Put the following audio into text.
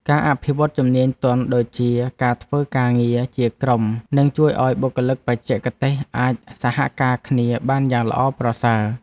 ការអភិវឌ្ឍជំនាញទន់ដូចជាការធ្វើការងារជាក្រុមនឹងជួយឱ្យបុគ្គលិកបច្ចេកទេសអាចសហការគ្នាបានយ៉ាងល្អប្រសើរ។